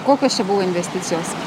kokios čia buvo investicijos